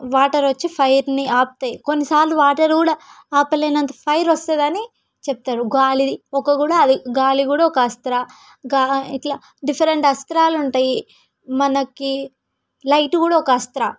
water వచ్చి ఫైర్ని ఆపుతాయి కొన్ని సార్లు వాటర్ కూడా ఆపలేనంతా ఫైర్ వస్తుంది అని చెప్తారు గాలి ఒక కూడా గాలి కూడా ఒక అస్త్రా ఇట్లా డిఫరెంట్ అస్త్రాలు ఉంటాయి మనకి లైట్ కూడా ఒక అస్త్రా